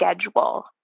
schedule